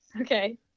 Okay